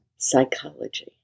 psychology